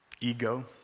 ego